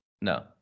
No